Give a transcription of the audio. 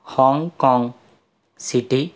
Hong Kong city